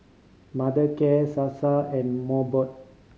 Mothercare Sasa and Mobot